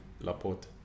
Laporte